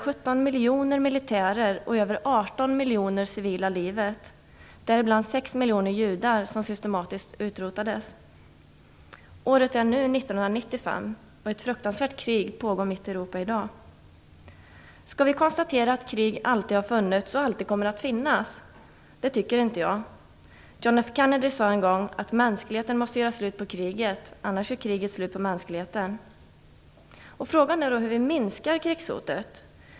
Året är nu 1995, och ett fruktansvärt krig pågår mitt i Europa i dag. Skall vi konstatera att krig alltid har funnits och alltid kommer att finnas? Det tycker inte jag. John F Kennedy sade en gång att mänskligheten måste göra slut på kriget, annars gör kriget slut på mänskligheten. Frågan är då hur vi minskar krigshotet.